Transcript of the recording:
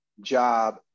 job